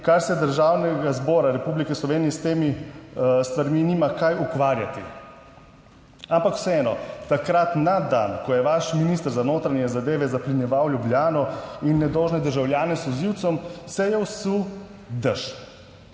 kar se Državnega zbora Republike Slovenije s temi stvarmi nima kaj ukvarjati, ampak vseeno. Takrat, na dan, ko je vaš minister za notranje zadeve zaplenjeval Ljubljano in nedolžne državljane s solzivcem, se je usul dež.